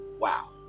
wow